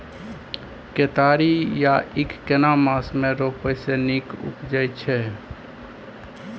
केतारी या ईख केना मास में रोपय से नीक उपजय छै?